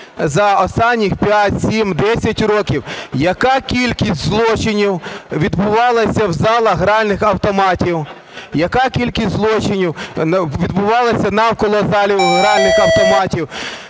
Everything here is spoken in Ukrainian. за останніх 5, 7, 10 років? Яка кількість злочинів відбувалася в залах гральних автоматів? Яка кількість злочинів відбувалася навколо залів гральних автоматів?